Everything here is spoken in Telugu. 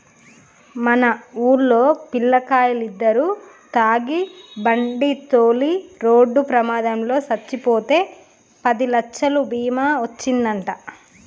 మన వూల్లో పిల్లకాయలిద్దరు తాగి బండితోలి రోడ్డు ప్రమాదంలో సచ్చిపోతే పదిలచ్చలు బీమా ఒచ్చిందంట